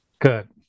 Good